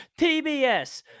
TBS